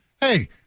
hey